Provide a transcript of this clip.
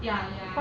ya ya